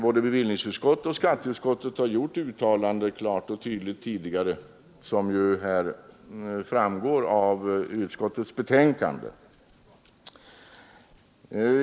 Både bevillningsutskottet och skatteutskottet har gjort uttalanden tidigare, vilket klart och tydligt framgår av utskottets betänkande.